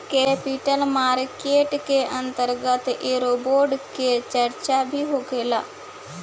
capital market के अंतर्गत eurobond के चार्चा भी होखेला